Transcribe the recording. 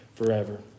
forever